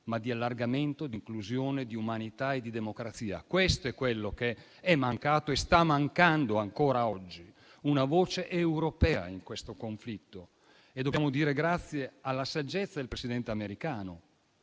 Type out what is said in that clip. ma di allargamento, di inclusione, di umanità e di democrazia. Questo è quello che è mancato e sta mancando ancora oggi: una voce europea in questo conflitto. Dico senza nessun velo che dobbiamo dire grazie alla saggezza del presidente americano